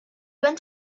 went